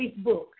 Facebook